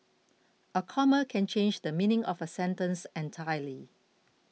a comma can change the meaning of a sentence entirely